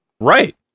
right